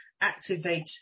activate